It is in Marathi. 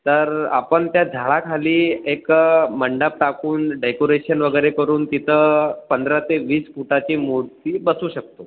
तर आपण त्या झाडाखाली एक मंडप टाकून डेकोरेशन वगैरे करून तिथं पंधरा ते वीस फुटाची मूर्ती बसवू शकतो